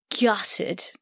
gutted